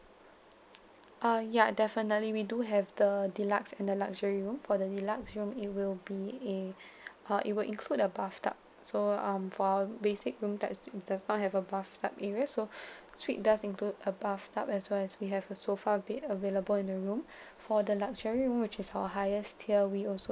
uh ya definitely we do have the deluxe and the luxury room for the deluxe room it will be eh uh it will include a bathtub so um for our basic room that is the it does not have a bathtub area so suite does include a bathtub as well as we have a sofa bed available in the room for the luxury room which is our highest tier we also